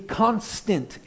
constant